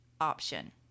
option